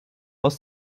aus